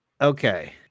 okay